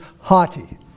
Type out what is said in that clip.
haughty